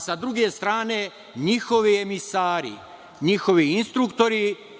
Sa druge strane, njihovi emisari, njihovi instruktori